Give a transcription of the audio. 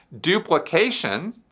duplication